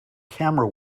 camera